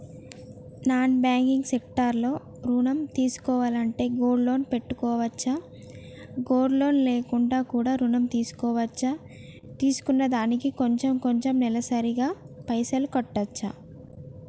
Non banking sector లో ఋణం తీసుకోవాలంటే గోల్డ్ లోన్ పెట్టుకోవచ్చా? గోల్డ్ లోన్ లేకుండా కూడా ఋణం తీసుకోవచ్చా? తీసుకున్న దానికి కొంచెం కొంచెం నెలసరి గా పైసలు కట్టొచ్చా?